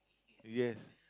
yes